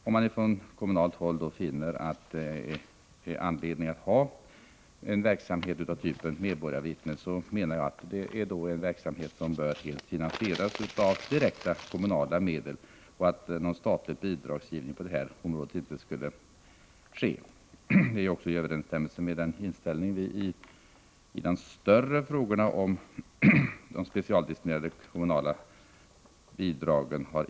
Om man från kommunalt håll finner anledning att ha en verksamhet som medborgarvittnen, bör denna verksamhet helt finansieras direkt av kommunala medel. Någon statlig bidragsgivning på detta område bör enligt min mening inte ske. Detta står också i överensstämmelse med den ställning vi har intagit från centerpartiets sida i den större frågan om de specialdestinerade kommunala bidragen.